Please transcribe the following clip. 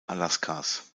alaskas